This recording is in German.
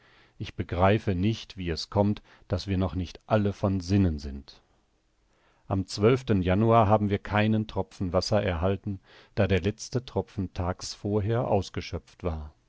ich begreife nicht wie es kommt daß wir noch nicht alle von sinnen sind am januar haben wir keinen tropfen wasser erhalten da der letzte tropfen tags vorher ausgeschöpft war